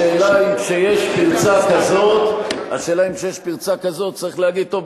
השאלה היא אם כשיש פרצה כזו צריך להגיד: טוב,